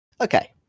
Okay